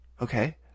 Okay